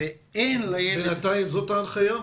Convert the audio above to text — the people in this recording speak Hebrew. בינתיים זאת ההנחיה?